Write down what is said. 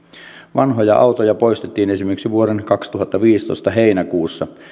vanhoja autoja poistettiin esimerkiksi vuoden kaksituhattaviisitoista heinäkuussa